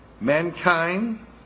Mankind